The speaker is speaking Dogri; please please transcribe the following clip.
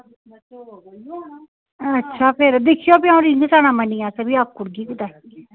अच्छा फिर दिक्खओ फ्ही अ'ऊं रिंग सेरामनी आस्तै बी आक्खी ओड़गी कुतै